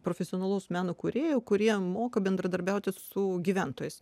profesionalaus meno kūrėjų kurie moka bendradarbiauti su gyventojais